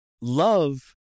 love